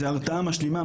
זה ההרתעה המשלימה,